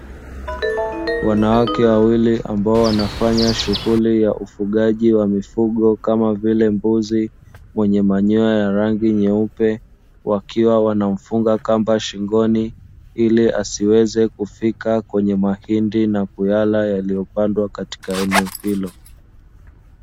Wanawake wawili ambao wanafanya shughuli ya ufugaji wa mifungo kama vile mbuzi mwenye manyoya ya rangi nyeupe, wakiwa wanamfunga kamba shingoni ili asiweze kufika kwenye mahindi na kuyala yaliyopandwa katika eneo hilo.